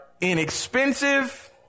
inexpensive